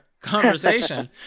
conversation